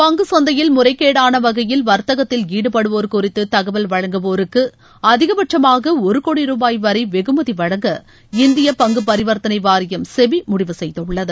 பங்கு சந்தையில் முறைகேடான வகையில் வர்த்தகத்தில் ஈடுபடுவோர் குறித்து தகவல் வழங்குவோருக்கு அதிகபட்சமாக ஒரு கோடி ருபாய் வரை வெகுமதி வழங்க இந்திய பங்கு பரிவர்த்தனை வாரியம் செபி முடிவு செய்துள்ளது